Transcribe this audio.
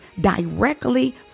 directly